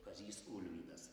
kazys ulvydas